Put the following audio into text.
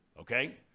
okay